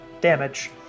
damage